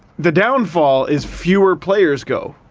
the downfall is fewer players go.